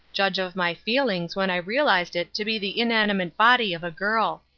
judge of my feelings when i realized it to be the inanimate body of a girl.